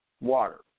water